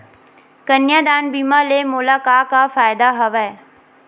कन्यादान बीमा ले मोला का का फ़ायदा हवय?